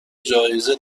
جایزه